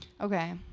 okay